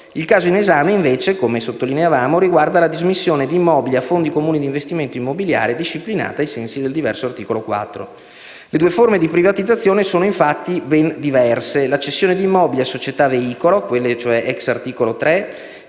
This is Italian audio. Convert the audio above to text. Il caso in esame, invece, come abbiamo sottolineato, riguarda la dismissione di immobili a fondi comuni di investimento immobiliare, disciplinata ai sensi dell'articolo 4. Le due forme dì privatizzazione sono in realtà ben diverse: la cessione di immobili a società veicolo (*ex* articolo 3)